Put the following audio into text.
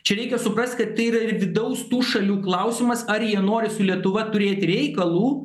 čia reikia suprast kad tai yra ir vidaus tų šalių klausimas ar jie nori su lietuva turėti reikalų